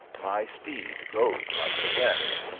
my steed goes like the wind.